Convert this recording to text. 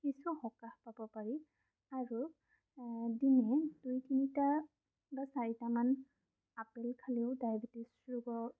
কিছু সকাহ পাব পাৰি আৰু দিনে দুই তিনিটা বা চাৰিটামান আপেল খালেও ডায়বেটিছ ৰোগৰ